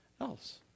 else